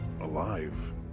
alive